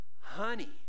honey